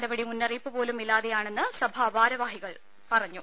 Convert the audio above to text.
നടപടി മുന്നറിയിപ്പ് പോലും ഇല്ലാതെയാണെന്ന് സഭാ ഭാരവാഹികൾ പറഞ്ഞു